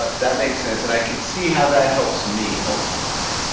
but that makes sense and i can see how that helps me ultimately.